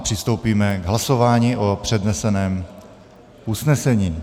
Přistoupíme k hlasování o předneseném usnesení.